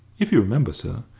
if you remember, sir,